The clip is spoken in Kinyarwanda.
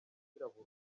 igakira